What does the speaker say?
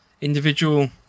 individual